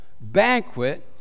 banquet